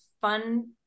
fun